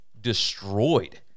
destroyed